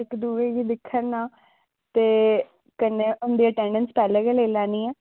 इक्क दूऐ गी दिक्खन ना ते कन्नै अटेंडेस पैह्लें गै लेई लैनी आं